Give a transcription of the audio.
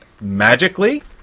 Magically